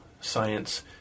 science